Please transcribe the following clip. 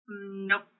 Nope